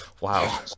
Wow